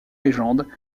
légende